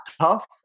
tough